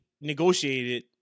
negotiated